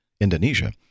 Indonesia